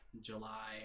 July